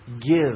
Give